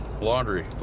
Laundry